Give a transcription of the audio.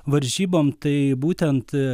varžybom tai būtent